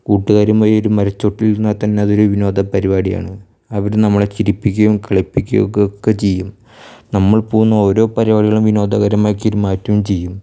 കൂട്ടുകാരുമായി ഒരു മരച്ചുവട്ടിൽ ഇരുന്നാൽ തന്നെ അതൊരു വിനോദ പരിപാടിയാണ് അവര് നമ്മളെ ചിരിപ്പിക്കുകയും കളിപ്പിക്കുകയൊക്കെ ചെയ്യും നമ്മൾ പോകുന്ന ഓരോ പരിപാടികളും വിനോദകരമാക്കി മാറ്റുകയും ചെയ്യും